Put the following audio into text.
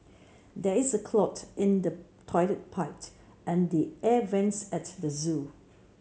there is a clog in the toilet and the air vents at the zoo